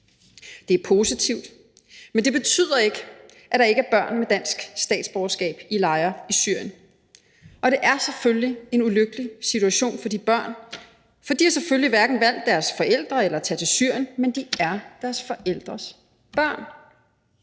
Det er positivt, men det betyder ikke, at der ikke er børn med dansk statsborgerskab i lejre i Syrien. Og det er selvfølgelig en ulykkelig situation for de børn, for de har selvfølgelig hverken valgt deres forældre eller at tage til Syrien. Men de er deres forældres børn.